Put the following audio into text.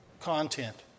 content